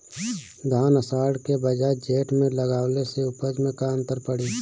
धान आषाढ़ के बजाय जेठ में लगावले से उपज में का अन्तर पड़ी?